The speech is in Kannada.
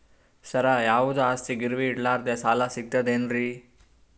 ಸರ, ಯಾವುದು ಆಸ್ತಿ ಗಿರವಿ ಇಡಲಾರದೆ ಸಾಲಾ ಸಿಗ್ತದೇನ್ರಿ?